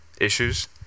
issues